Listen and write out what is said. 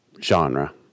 genre